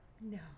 no